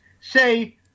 say